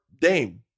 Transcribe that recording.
Dame